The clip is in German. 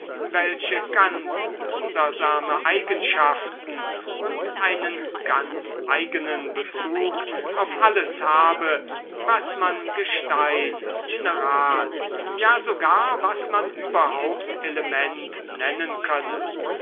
welche ganz wundersame eigenschaften und einen ganz eigenen bezug auf alles habe was man gestein mineral ja sogar was man überhaupt element nennen könne